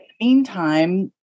Meantime